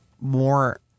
more